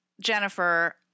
Jennifer